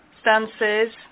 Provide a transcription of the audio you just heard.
stances